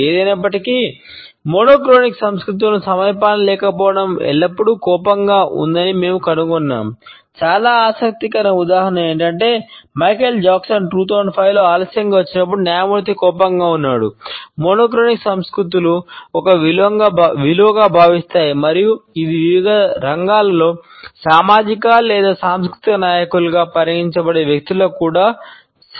ఏది ఏమయినప్పటికీ మోనోక్రోనిక్ సంస్కృతులు ఒక విలువగా భావిస్తాయి మరియు ఇది వివిధ రంగాలలో సామాజిక లేదా సాంస్కృతిక నాయకులుగా పరిగణించబడే వ్యక్తులకు కూడా సడలించదు